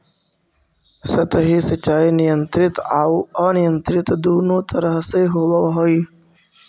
सतही सिंचाई नियंत्रित आउ अनियंत्रित दुनों तरह से होवऽ हइ